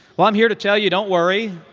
well, i'm here to tell you don't worry.